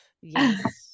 Yes